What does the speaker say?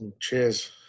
Cheers